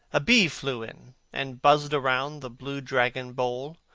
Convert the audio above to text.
a bee flew in and buzzed round the blue-dragon bowl